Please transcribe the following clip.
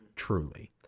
Truly